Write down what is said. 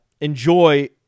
enjoy